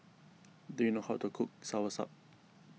do you know how to cook Soursop